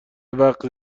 وقت